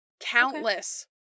Countless